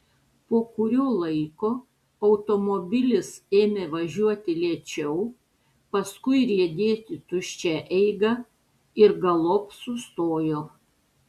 po kurio laiko automobilis ėmė važiuoti lėčiau paskui riedėti tuščia eiga ir galop sustojo